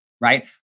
right